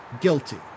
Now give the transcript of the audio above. guilty